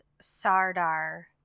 Sardar